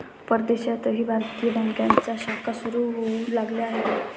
परदेशातही भारतीय बँकांच्या शाखा सुरू होऊ लागल्या आहेत